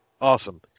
Awesome